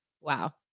Wow